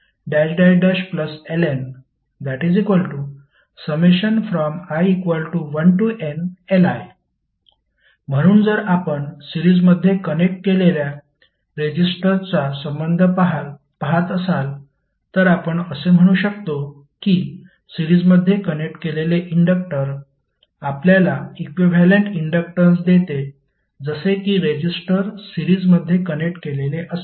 LeqL1L2Lni1nLi म्हणून जर आपण सीरिजमध्ये कनेक्ट केलेल्या रेजिस्टर्सचा संबंध पाहत असाल तर आपण असे म्हणू शकतो की सीरिजमध्ये कनेक्ट केलेले इंडक्टर आपल्याला इक्विव्हॅलेंट इन्डक्टन्स देते जसे कि रेजिस्टर सीरिजमध्ये कनेक्ट केलेले असतात